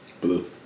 Blue